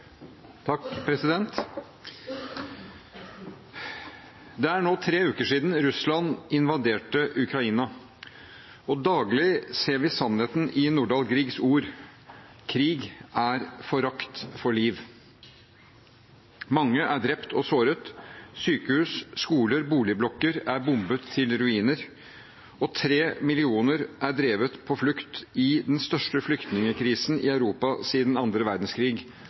vi sannheten i Nordahl Griegs ord: «Krig er forakt for liv.» Mange er drept og såret. Sykehus, skoler og boligblokker er bombet til ruiner, og tre millioner er drevet på flukt i den største flyktningkrisen i Europa siden andre